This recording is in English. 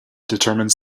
determines